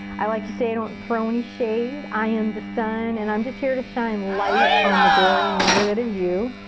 i like to say, don't throw any shade. i am the sun, and i'm just here to shine light on the glory and wonder that is you.